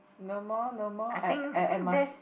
no more no more I I must